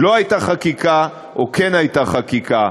לא הייתה חקיקה או כן הייתה חקיקה.